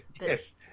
Yes